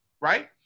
right